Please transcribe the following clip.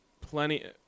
plenty